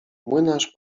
młynarz